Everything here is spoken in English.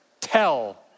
tell